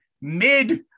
mid